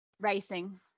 Racing